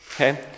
okay